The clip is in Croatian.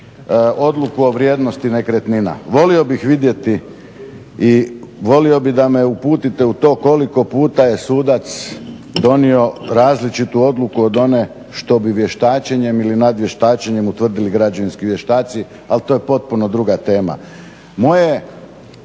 odluku od vrijednosti nekretnina. Volio bih vidjeti i. I volio bih da me uputite u to koliko puta je sudac donio različitu odluku o tome što bi vještačenjem ili nadvještačenjem utvrdili građevinski vještaci ali to je potpuno druga tema. Moja